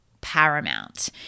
paramount